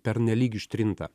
pernelyg ištrinta